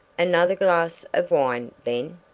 another glass of wine, then?